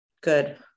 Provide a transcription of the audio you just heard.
Good